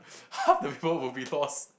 half the people will be lost